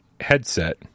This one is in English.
headset